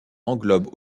englobe